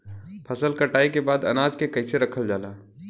फसल कटाई के बाद अनाज के कईसे रखल जाला?